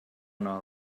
una